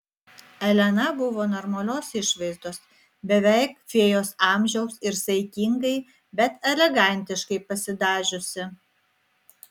elena buvo normalios išvaizdos beveik fėjos amžiaus ir saikingai bet elegantiškai pasidažiusi